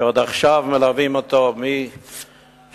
שעוד עכשיו מלווים אותו, מ-12:00.